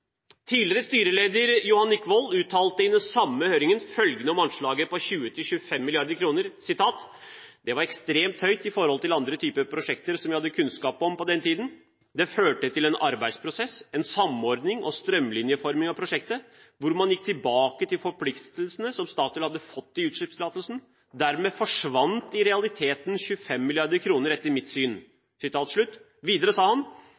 Tidligere styreleder Johan Nic. Vold uttalte i den samme høringen følgende om anslaget på 20–25 mrd. kr: «Det var ekstremt høyt i forhold til andre typer prosjekter som vi hadde kunnskap om på den tiden. Det førte til en arbeidsprosess, en samordning og en strømlinjeforming av prosjektet, hvor man gikk tilbake til forpliktelsene som Statoil hadde fått i utslippstillatelsen. Dermed forsvant i realiteten de 25 mrd. kr, etter mitt syn». Videre sa han: